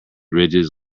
ridges